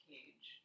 Cage